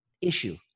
issue